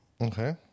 Okay